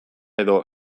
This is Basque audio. edo